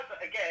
again